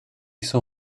saw